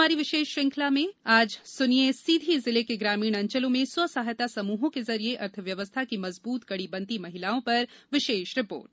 हमारी विशेष श्रृंखला में अच्छी खबर में सुनिये सीधी जिले के ग्रामीण अंचलों में स्व सहायता समूहों के जरिए अर्थव्यवस्था की मजबूत कड़ी बनती महिलाओं पर विशेष रिपोर्ट